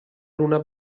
luna